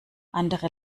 andere